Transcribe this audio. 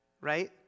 Right